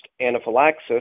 anaphylaxis